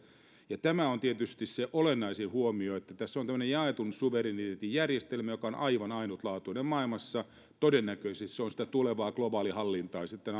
tämä on tietysti se olennaisin huomio että tässä on tämmöinen jaetun suvereniteetin järjestelmä joka on aivan ainutlaatuinen maailmassa todennäköisesti se on sitä tulevaa globaalihallintaa sitten